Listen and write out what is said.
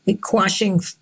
quashing